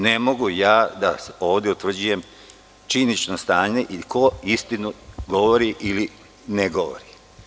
Ne mogu ja ovde da utvrđujem činjenično stanje ili ko istinu govori ili ne govori.